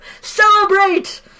Celebrate